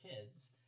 kids